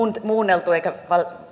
muunneltu eikä